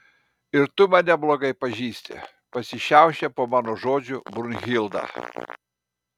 ir tu mane blogai pažįsti pasišiaušia po mano žodžių brunhilda